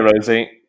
Rosie